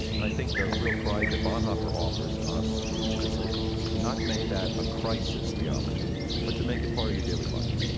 and i think the real cry that bonhoeffer offers us is to sort of not make that a crisis theology but to make it part of your daily life,